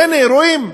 והנה, רואים.